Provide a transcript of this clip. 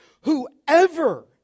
Whoever